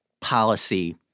policy